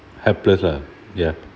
helpless lah ya